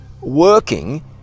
working